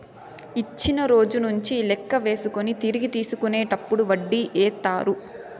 ఇచ్చిన రోజు నుంచి లెక్క వేసుకొని తిరిగి తీసుకునేటప్పుడు వడ్డీ ఏత్తారు